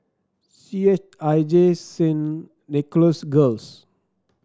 C H I J Saint Nicholas Girls